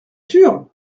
sûre